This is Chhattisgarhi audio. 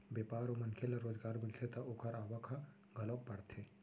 बेपार अउ मनखे ल रोजगार मिलथे त ओखर आवक ह घलोक बाड़थे